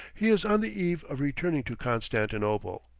he is on the eve of returning to constantinople.